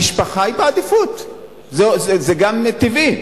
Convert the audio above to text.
המשפחה היא בעדיפות, זה גם טבעי.